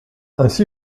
ainsi